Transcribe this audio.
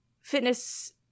fitness